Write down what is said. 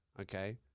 Okay